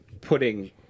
putting